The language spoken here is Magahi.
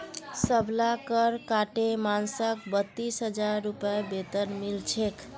सबला कर काटे मानसक बत्तीस हजार रूपए वेतन मिल छेक